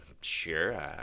sure